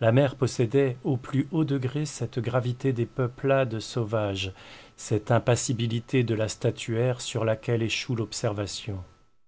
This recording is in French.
la mère possédait au plus haut degré cette gravité des peuplades sauvages cette impassibilité de la statuaire sur laquelle échoue l'observation